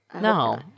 No